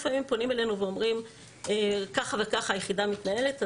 לפעמים פונים אלינו ומספרים איך יחידה מתנהלת.